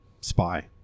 spy